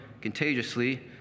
contagiously